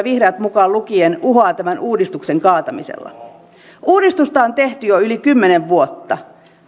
vihreät mukaan lukien uhoaa tämän uudistuksen kaatamisella uudistusta on tehty jo yli kymmenen vuotta